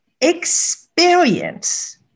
experience